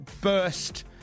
burst